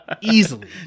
easily